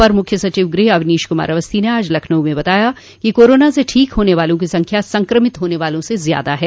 अपर मुख्य सचिव गृह अवनीश कुमार अवस्थी ने आज लखनऊ में बताया कि कोरोना से ठीक होने वालों की संख्या संक्रमित होने वालों से ज्यादा है